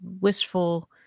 wistful